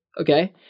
Okay